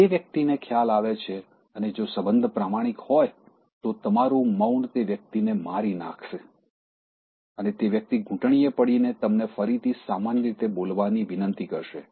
તે વ્યક્તિને ખ્યાલ આવે છે અને જો સંબંધ પ્રમાણિક હોય તો તમારું મૌન તે વ્યક્તિને મારી નાખશે અને તે વ્યક્તિ ઘૂંટણીયે પડીને તમને ફરીથી સામાન્ય રીતે બોલવાની વિનંતી કરશે